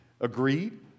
agreed